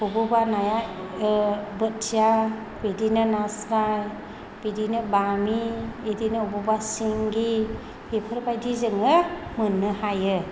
बबेयावबा नाया बोथिया बिदिनो नास्राय बिदिनो बामि बिदिनो बबेबा सिंगि बेफोरबायदि जोङो मोननो हायो